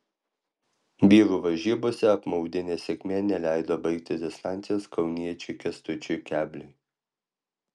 vyrų varžybose apmaudi nesėkmė neleido baigti distancijos kauniečiui kęstučiui kebliui